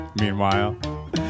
Meanwhile